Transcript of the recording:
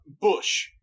bush